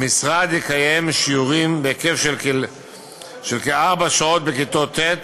המשרד יקיים שיעורים בהיקף של כארבע שעות בכיתות ט',